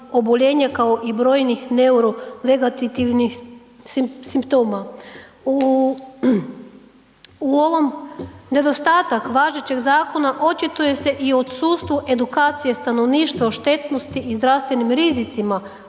oboljenja, kao i brojnih neurovegetativnih simptoma. U, u ovom, nedostatak važećeg zakona očituje se i u odsustvu edukacije stanovništva o štetnosti i zdravstvenim rizicima